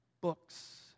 Books